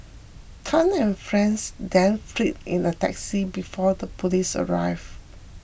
Tan and friends then fled in a taxi before the police arrive